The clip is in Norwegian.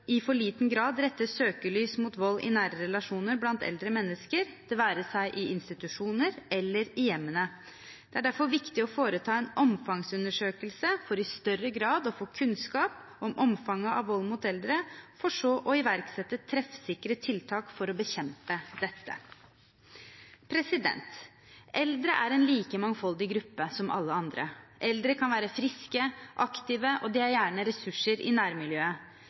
i for liten grad rettes søkelys mot vold i nære relasjoner blant eldre mennesker, det være seg i institusjoner eller i hjemmene. Det er derfor viktig å foreta en omfangsundersøkelse for i større grad å få kunnskap om omfanget av vold mot eldre, for så å iverksette treffsikre tiltak for å bekjempe dette. Eldre er en like mangfoldig gruppe som alle andre. Eldre kan være friske, aktive, og de er gjerne ressurser i nærmiljøet.